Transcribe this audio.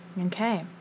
Okay